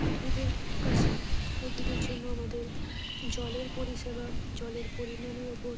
উদ্ভিদের কাছে উদ্ভিদের জন্য আমাদের জলের পরিষেবা জলের পরিমাণের ওপর